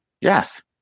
Yes